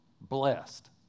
Blessed